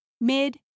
mid